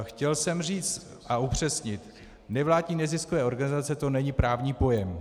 Chtěl jsem říct a upřesnit, nevládní neziskové organizace, to není právní pojem.